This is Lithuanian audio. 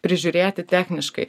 prižiūrėti techniškai